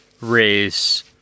race